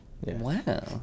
Wow